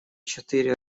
четыре